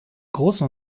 großen